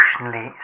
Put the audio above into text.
emotionally